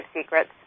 secrets